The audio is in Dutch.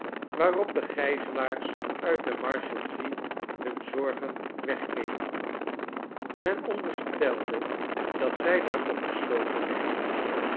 waarop de gijzelaars uh de marshalsea hun zorgen wegkegelden men onderstelde dat zij daar opgesloten werden